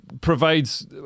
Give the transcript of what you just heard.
Provides